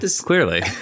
clearly